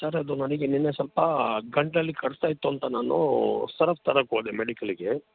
sir ಅದು ನನಗೆ ನಿನ್ನೆ ಸ್ವಲ್ಪ ಗಂಟಲಲ್ಲಿ ಕಟ್ತಾ ಇತ್ತು ಅಂತ ನಾನು ಸಿರಫ್ ತರಾಕೆ ಹೋದೆ ಮೆಡಿಕಲ್ಲಿಗೆ